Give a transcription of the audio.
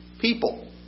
people